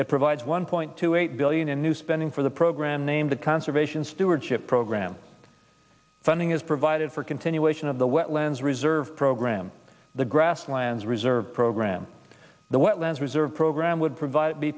it provides one point two eight billion in new spending for the program name the conservation stewardship program funding is provided for continuation of the wetlands reserve program the grasslands reserve program the wetlands reserve program would be provide